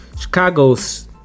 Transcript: Chicago's